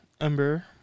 Ember